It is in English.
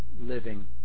living